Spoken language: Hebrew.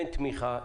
אין תמיכה,